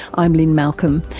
i'm lynne malcolm,